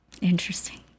Interesting